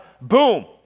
Boom